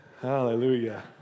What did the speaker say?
Hallelujah